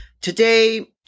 Today